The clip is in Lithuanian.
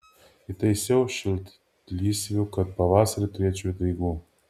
įtaisiau šiltlysvių kad pavasarį turėčiau daigų